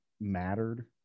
mattered